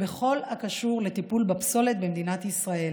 בכל הקשור לטיפול בפסולת במדינת ישראל.